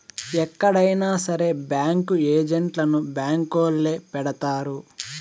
ఎక్కడైనా సరే బ్యాంకు ఏజెంట్లను బ్యాంకొల్లే పెడతారు